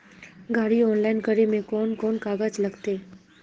गाड़ी ऑनलाइन करे में कौन कौन कागज लगते?